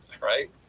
right